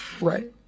Right